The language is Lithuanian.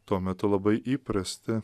tuo metu labai įprasti